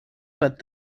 but